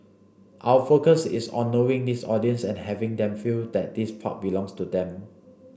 our focus is on knowing this audience and having them feel that this park belongs to them